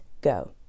go